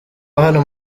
hano